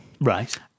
Right